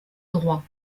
droit